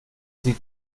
sie